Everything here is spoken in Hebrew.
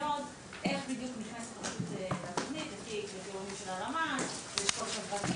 בדיוק רשות נכנסת לתוכנית לפי קריטריונים של הלמ"ס וכו',